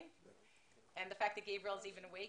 העובדה שגבריאל ער עכשיו זה מאוד